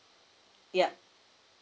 yup